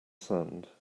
sand